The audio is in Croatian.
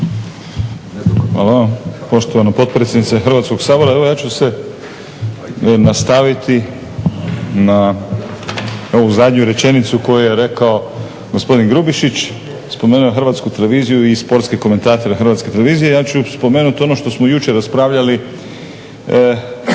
Hvala poštovana potpredsjednice Hrvatskog sabora. Evo ja ću se nastaviti na ovu zadnju rečenicu koju je rekao gospodin Grubišić, spomenuo je HRT i sportske komentatore HRT-a. Ja ću spomenuti ono što smo jučer raspravljali